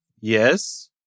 Yes